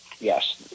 Yes